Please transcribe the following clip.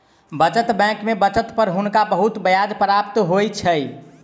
बचत बैंक में बचत पर हुनका बहुत ब्याज प्राप्त होइ छैन